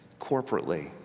corporately